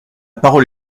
parole